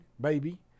baby